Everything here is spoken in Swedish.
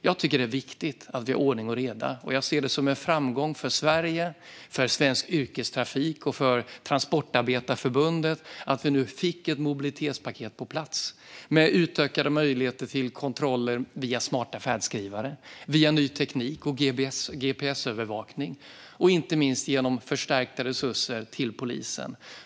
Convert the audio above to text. Jag tycker att det är viktigt att vi har ordning och reda. Och jag ser det som en framgång för Sverige, för svensk yrkestrafik och för Transportarbetareförbundet att vi nu fått ett mobilitetspaket på plats med utökade möjligheter till kontroller via smarta färdskrivare, via ny teknik och gps-övervakning och inte minst genom förstärkta resurser till polisen.